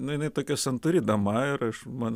nu jinai tokia santūri dama ir aš man